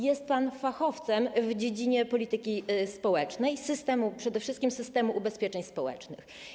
Jest pan fachowcem w dziedzinie polityki społecznej, przede wszystkim systemu ubezpieczeń społecznych.